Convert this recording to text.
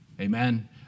amen